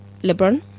LeBron